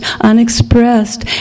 unexpressed